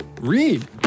read